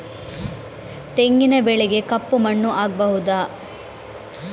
ತೆಂಗಿನ ಬೆಳೆಗೆ ಕಪ್ಪು ಮಣ್ಣು ಆಗ್ಬಹುದಾ?